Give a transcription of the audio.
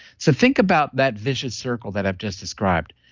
so think about that vicious circle that i've just described.